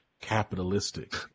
capitalistic